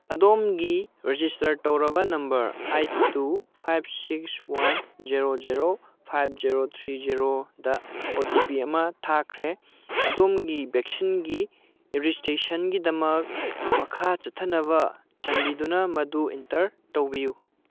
ꯑꯗꯣꯝꯒꯤ ꯔꯦꯖꯤꯁꯇꯔ ꯇꯧꯔꯕ number eight two five six one zero zero five zero three ꯖꯦꯔꯣꯗ O T P ꯑꯃ ꯊꯥꯈ꯭ꯔꯦ ꯑꯗꯣꯝꯒꯤ ꯚꯦꯛꯁꯤꯟꯒꯤ ꯔꯦꯖꯤꯁꯇ꯭ꯔꯦꯁꯟꯒꯤꯗꯃꯛ ꯃꯈꯥ ꯆꯠꯊꯅꯕ ꯆꯥꯟꯕꯤꯗꯨꯅ ꯃꯗꯨ ꯑꯦꯟꯇꯔ ꯇꯧꯕꯤꯌꯨ